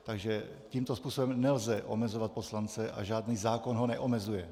Takže tímto způsobem nelze omezovat poslance a žádný zákon ho neomezuje.